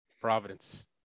Providence